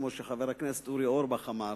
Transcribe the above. כמו שחבר הכנסת אורי אורבך אמר,